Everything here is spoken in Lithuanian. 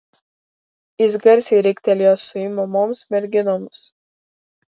jis garsiai riktelėjo suimamoms merginoms